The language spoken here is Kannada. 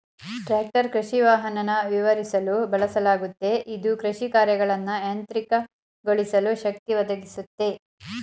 ಟ್ರಾಕ್ಟರ್ ಕೃಷಿವಾಹನನ ವಿವರಿಸಲು ಬಳಸಲಾಗುತ್ತೆ ಇದು ಕೃಷಿಕಾರ್ಯಗಳನ್ನ ಯಾಂತ್ರಿಕಗೊಳಿಸಲು ಶಕ್ತಿ ಒದಗಿಸುತ್ತೆ